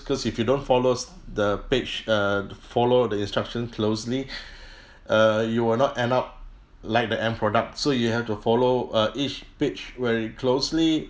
cause if you don't follows the page uh follow the instructions closely err you will not end up like the end product so you have to follow uh each page very closely